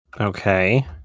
okay